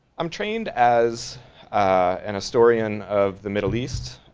i'm trained as an historian of the middle east